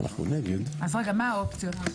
אז מה האופציות?